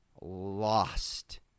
lost